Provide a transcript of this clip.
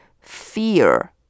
Fear